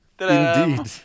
Indeed